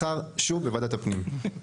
מחר בוועדת הפנים.